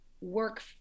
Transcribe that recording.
work